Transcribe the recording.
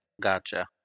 Gotcha